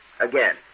again